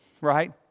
right